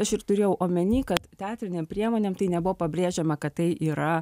aš ir turėjau omeny kad teatrinėm priemonėm tai nebuvo pabrėžiama kad tai yra